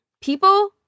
people